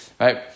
right